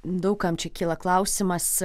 daug kam čia kyla klausimas